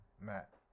Matt